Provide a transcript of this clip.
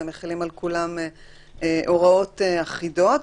ומחילים על כולם הוראות אחידות.